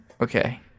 Okay